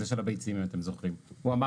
זה של הביצים אם אתם זוכרים והוא אמר